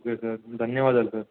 okay sir ధన్యవాదాలు sir